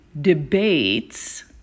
debates